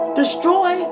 destroy